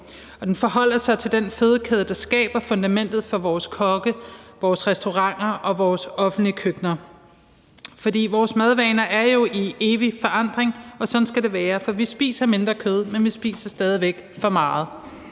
det forholder sig til den fødekæde, der skaber fundamentet for vores kokke, vores restauranter og vores offentlige køkkener. For vores madvaner er i evig forandring, og sådan skal det være. For vi spiser mindre kød, men vi spiser stadig væk for meget.